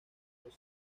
los